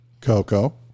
Coco